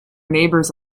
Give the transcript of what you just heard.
neighbours